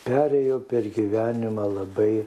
perėjo per gyvenimą labai